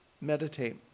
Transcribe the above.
Meditate